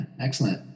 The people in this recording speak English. excellent